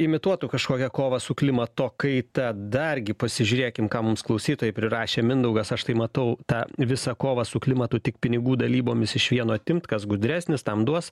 imituotų kažkokią kovą su klimato kaita dargi pasižiūrėkim ką mums klausytojai prirašė mindaugas aš tai matau tą visą kovą su klimatu tik pinigų dalybomis iš vieno timpt kas gudresnis tam duos